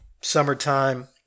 Summertime